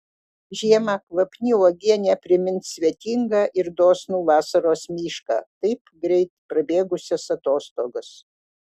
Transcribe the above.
žiemą kvapni uogienė primins svetingą ir dosnų vasaros mišką taip greit prabėgusias atostogas